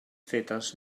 fetes